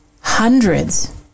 hundreds